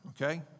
okay